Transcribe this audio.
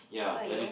oh ya